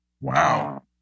Wow